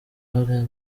hari